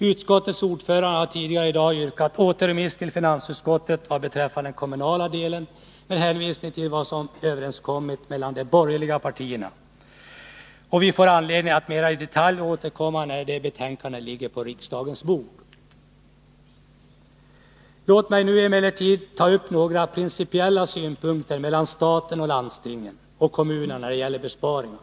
Utskottets ordförande har tidigare i dag yrkat återremiss till finansutskottet vad beträffar den kommunala delen av föreliggande betänkande, med hänvisning till vad som överenskommits mellan de borgerliga partierna. Vi får anledning att mer i detalj återkomma när det nya betänkandet ligger på riksdagens bord. Låt mig nu emellertid ta upp några principiella synpunkter avseende förhållandena mellan staten, landstingen och kommunerna när det gäller besparingar.